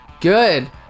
Good